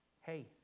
Hey